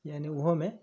यानि ओहोमे